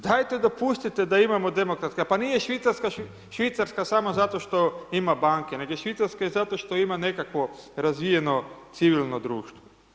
Dajte dopustite da imamo demokratska, pa nije Švicarska Švicarska samo zato što ima banke, nego je Švicarska i zato što ima nekakvo razvijeno civilno društvo.